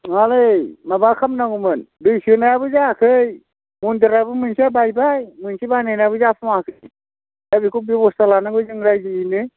नङालै माबा खालामनांगौमोन दै सोनायाबो जायाखै मन्दिराबो मोनसेया बायबाय मोनसे बानायनायाबो जाफुङाखै दा बेखौ जों बेब'स्था लानांगौ जों राइजोयैनो